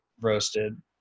roasted